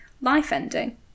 life-ending